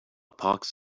pox